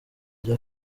rya